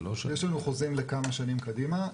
יש לנו חוזים לכמה שנים קדימה,